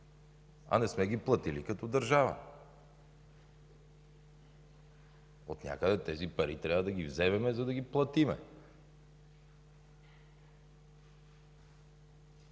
а не сме ги платили като държава. Отнякъде тези пари трябва да ги вземем, за да ги платим.